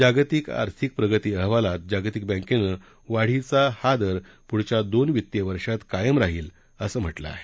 जागतिक आर्थिक प्रगती अहवालात जागतिक बँकेनं वाढीचा हा दर पुढच्या दोन वित्तीय वर्षात कायम राहील असं म्हटलं आहे